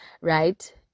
right